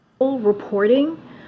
...reporting